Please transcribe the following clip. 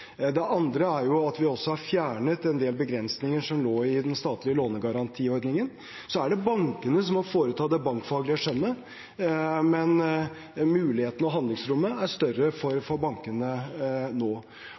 Det andre er at vi også har fjernet en del begrensninger som lå i den statlige lånegarantiordningen. Så er det bankene som må foreta det bankfaglige skjønnet, men muligheten og handlingsrommet er større for bankene nå.